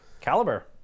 Caliber